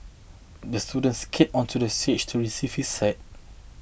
the student skated onto the stage to receive his cer